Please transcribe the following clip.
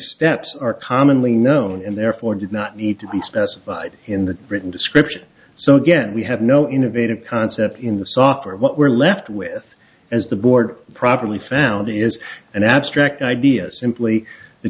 steps are commonly known and therefore did not need to be specified in the written description so again we have no innovative concept in the software what we're left with as the board properly founded is an abstract idea simply the